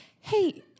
hey